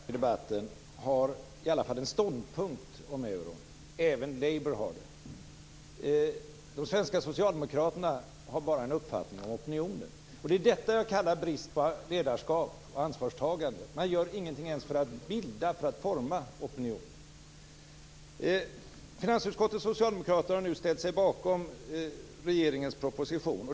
Fru talman! Övriga partier i debatten har i alla fall en ståndpunkt om euron, även Labour har det. De svenska socialdemokraterna har bara en uppfattning om opinionen. Det är detta jag kallar brist på ledarskap och ansvarstagande. Man gör ingenting ens för att bilda eller forma opinionen. Finansutskottets socialdemokrater har nu ställt sig bakom regeringens proposition.